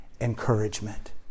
encouragement